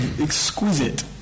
exquisite